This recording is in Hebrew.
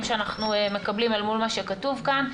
שאנחנו מקבלים אל מול מה שכתוב כאן.